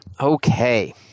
Okay